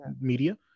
media